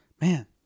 man